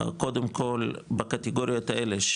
קודם כל בקטגוריות האלה,